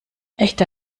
echte